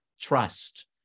trust